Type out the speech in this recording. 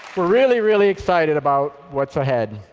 we're really, really excited about what's ahead.